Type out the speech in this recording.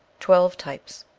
twelve types.